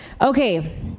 Okay